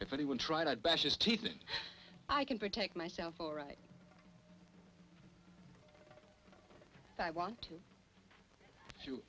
if anyone tried bashes teaching i can protect myself all right i want to